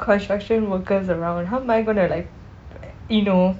construction workers around how am I going to like you know